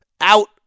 out